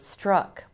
struck